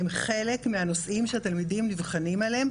הם חלק מהנושאים שהתלמידים נבחנים עליהם,